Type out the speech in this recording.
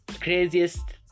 Craziest